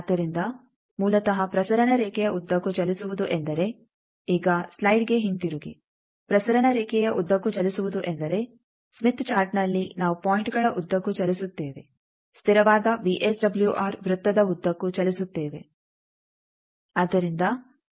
ಆದ್ದರಿಂದ ಮೂಲತಃ ಪ್ರಸರಣ ರೇಖೆಯ ಉದ್ದಕ್ಕೂ ಚಲಿಸುವುದು ಎಂದರೆ ಈಗ ಸ್ಲೈಡ್ಗೆ ಹಿಂತಿರುಗಿ ಪ್ರಸರಣ ರೇಖೆಯ ಉದ್ದಕ್ಕೂ ಚಲಿಸುವುದು ಎಂದರೆ ಸ್ಮಿತ್ ಚಾರ್ಟ್ನಲ್ಲಿ ನಾವು ಪಾಯಿಂಟ್ಗಳ ಉದ್ದಕ್ಕೂ ಚಲಿಸುತ್ತೇವೆ ಸ್ಥಿರವಾದ ವಿಎಸ್ಡಬ್ಲ್ಯೂಆರ್ ವೃತ್ತದ ಉದ್ದಕ್ಕೂ ಚಲಿಸುತ್ತೇವೆ